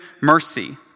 mercy